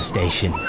station